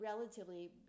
relatively